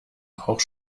auch